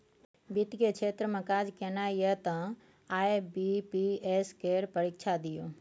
वित्त केर क्षेत्र मे काज केनाइ यै तए आई.बी.पी.एस केर परीक्षा दियौ